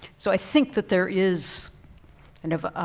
so i think that there is kind of